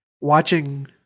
watching